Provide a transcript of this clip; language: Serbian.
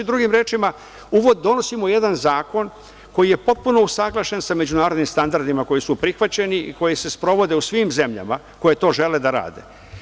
Drugim rečima, donosimo jedan zakon koji je potpuno usaglašen sa međunarodnim standardima koji su prihvaćeni i koji se sprovode u svim zemljama koje to žele da rade.